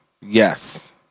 Yes